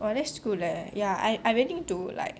!wah! that's good leh I really need to like